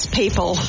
people